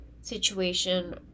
situation